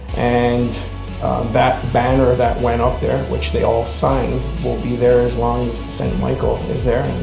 and that banner that went up there which they all signed will be there as long as st michael is there,